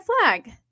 flag